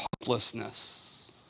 hopelessness